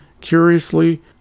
Curiously